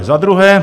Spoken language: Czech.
Za druhé.